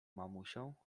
mamusią